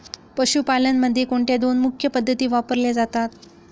पशुपालनामध्ये कोणत्या दोन मुख्य पद्धती वापरल्या जातात?